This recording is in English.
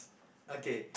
okay